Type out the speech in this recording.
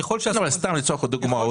סתם דוגמה,